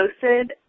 posted